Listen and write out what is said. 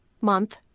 Month